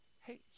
hey